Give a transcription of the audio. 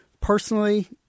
Personally